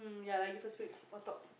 ya lah you first week on top